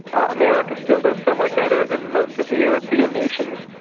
america still does somewhat better than most of the european nations,